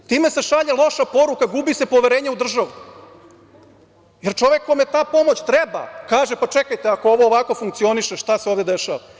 Time se šalje loša poruka, gubi se poverenje u državu, jer čovek kome ta pomoć treba kaže – čekajte, ako ovo ovako funkcioniše, šta se ovde dešava?